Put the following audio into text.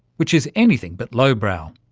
which is anything but low-brow.